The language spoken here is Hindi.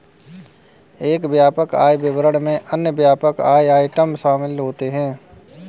एक व्यापक आय विवरण में अन्य व्यापक आय आइटम शामिल होते हैं